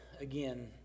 again